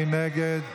מי נגד?